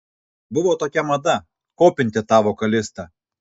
buvo tokia mada kopinti tą vokalistą